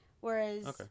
Whereas